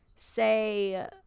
say